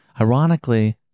Ironically